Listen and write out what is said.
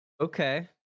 okay